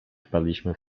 wpadliśmy